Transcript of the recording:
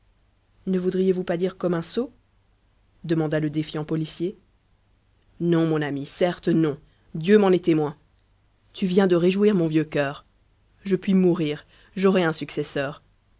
ne voudriez-vous pas dire comme un sot demanda le défiant policier non mon ami certes non dieu m'en est témoin tu viens de réjouir mon vieux cœur je puis mourir j'aurai un successeur